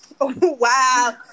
Wow